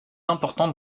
important